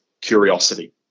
curiosity